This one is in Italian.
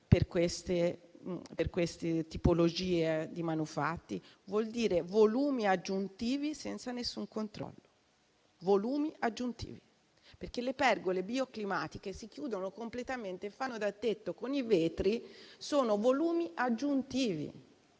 per queste tipologie di manufatti? Vuol dire volumi aggiuntivi senza alcun controllo. E ripeto: volumi aggiuntivi, perché le pergole bioclimatiche si chiudono completamente e fanno da tetto con i vetri; sono volumi aggiuntivi.